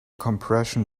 compression